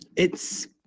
it's.